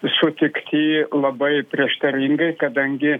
sutikti labai prieštaringai kadangi